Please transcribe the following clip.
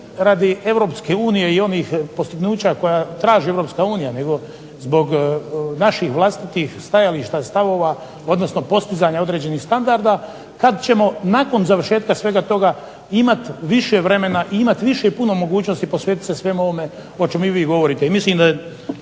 radi EU i onih postignuća koje traži EU, nego zbog naših vlastitih stavova odnosno postizanja određenih standarda kada ćemo nakon završetka svega toga imati više vremena i imati puno više mogućnosti posvetiti se svemu ovome o čemu i vi govorite.